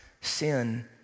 sin